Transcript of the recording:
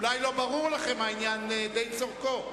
אולי לא ברור לכם העניין די צורכו.